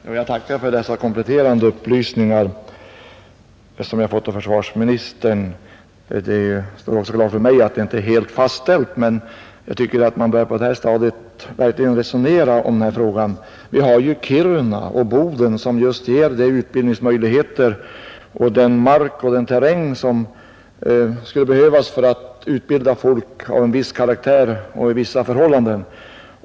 Herr talman! Jag tackar för dessa kompletterande upplysningar som jag fått av försvarsministern. Det står klart också för mig att det inte är helt fastställt, men jag tycker att man på det här stadiet verkligen bör resonera om denna fråga. Vi har ju också Kiruna och Boden som ger just de utbildningsmöjligheter och har den mark och den terräng som behövs för att utbilda folk av en viss karaktär och för vissa förhållanden.